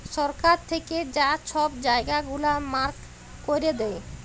সরকার থ্যাইকে যা ছব জায়গা গুলা মার্ক ক্যইরে দেয়